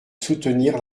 soutenir